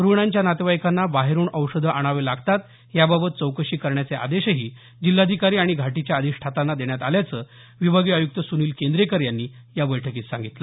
रुग्णांच्या नातेवाईकांना बाहेरुन औषधं आणावे लागतात याबाबत चौकशी करण्याचे आदेश जिल्हाधिकारी आणि घाटीच्या अधिष्ठातांना देण्यात आल्याचं विभागीय आयुक्त सुनिल केंद्रेकर यांनी या बैठकीत सांगितलं